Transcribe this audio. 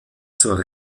zur